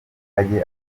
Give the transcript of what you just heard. ajye